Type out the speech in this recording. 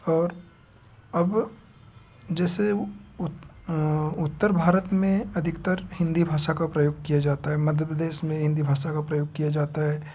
और अब जैसे उत्तर भारत में अधिकतर हिंदी भाषा का प्रयोग किया जाता है मध्य प्रदेश में हिंदी भाषा का प्रयोग किया जाता है